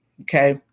okay